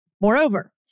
Moreover